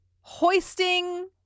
hoisting